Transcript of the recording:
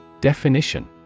Definition